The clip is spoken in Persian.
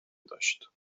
داشت